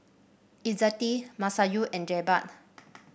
Izzati Masayu and Jebat